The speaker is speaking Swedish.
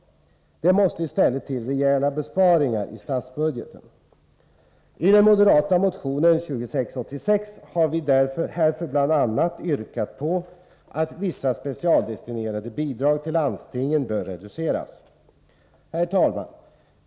Det måste i stället till rejäla besparingar i statsbudgeten. I den moderata motionen 2686 har vi bl.a. yrkat på att vissa specialdestinerade bidrag till landstingen bör reduceras. Herr talman!